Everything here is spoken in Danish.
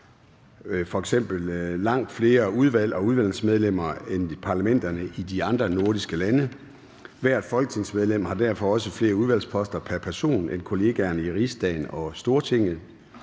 har f.eks. langt flere udvalg og udvalgsmedlemmer end parlamenterne i de andre nordiske lande. Hvert folketingsmedlem har derfor også flere udvalgsposter pr. person end kollegaerne i Riksdagen og Stortinget.